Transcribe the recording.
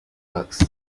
parks